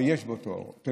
ויש בו תאורה.